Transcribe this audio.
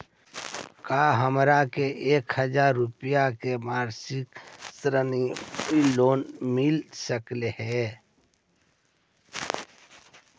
का हमरा के एक हजार रुपया के मासिक ऋण यानी लोन मिल सकली हे?